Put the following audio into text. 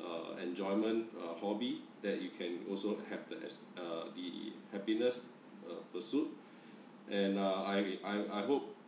uh enjoyment a hobby that you can also have the as uh the happiness or pursuit and uh I I I hope